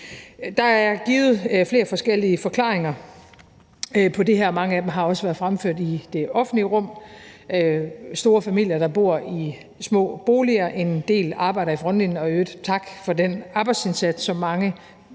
Der er givet flere forskellige forklaringer på det her, og mange af dem har også været fremført i det offentlige rum: store familier, der bor i små boliger, og en del, der arbejder i frontlinjen. I øvrigt tak for den arbejdsindsats, som mange